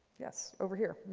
yes, over here.